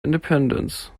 independence